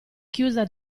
chiusa